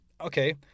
okay